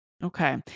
Okay